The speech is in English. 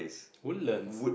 Woodlands